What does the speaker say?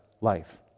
life